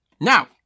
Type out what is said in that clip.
Now